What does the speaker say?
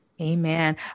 Amen